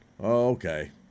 Okay